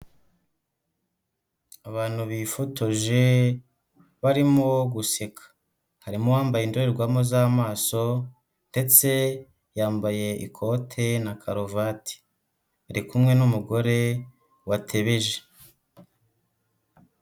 Abantu bifotoje barimo guseka, harimo bambaye indorerwamo z'amaso ndetse yambaye ikote na karuvati, ari kumwe n'umugore watebeje.